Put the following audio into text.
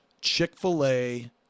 chick-fil-a